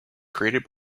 created